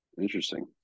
Interesting